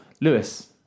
Lewis